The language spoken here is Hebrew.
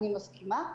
אני מסכימה,